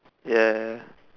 ya